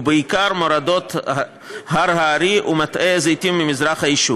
ובעיקר מורדות הר האר"י ומטעי הזיתים במזרח היישוב.